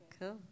Cool